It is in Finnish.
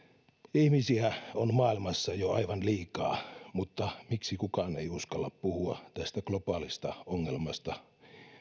ihmisiä on maailmassa jo aivan liikaa mutta miksi kukaan ei uskalla puhua tästä globaalista ongelmasta